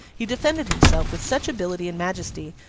he defended himself with such ability and majesty,